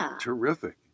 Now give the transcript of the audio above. Terrific